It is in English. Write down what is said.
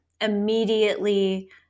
immediately